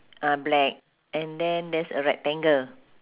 ah black and then there's a rectangle